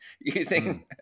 using